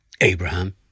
Abraham